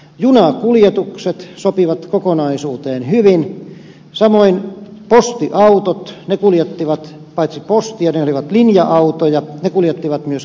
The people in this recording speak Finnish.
junakuljetukset sopivat kokonaisuuteen hyvin samoin postiautot ne olivat linja autoja ne kuljettivat paitsi postia myöskin matkustajia